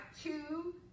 two